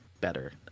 better